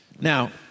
Now